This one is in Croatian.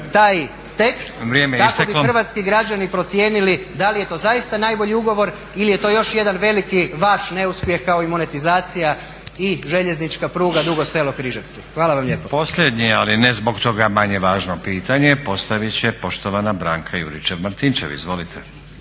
taj tekst kako bi hrvatski građani procijenili da li je to zaista najbolji ugovor ili je to još jedan veliki vaš neuspjeh kao i monetizacija i željeznička pruga Dugo Selo-Križevci. Hvala vam lijepa. **Stazić, Nenad (SDP)** Posljednje ali ne zbog toga manje važno pitanje postavit će poštovana Branka Juričev-Martinčev. Izvolite.